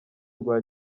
rwa